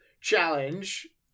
challenge